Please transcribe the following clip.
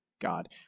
God